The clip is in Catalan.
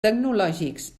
tecnològics